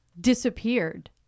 disappeared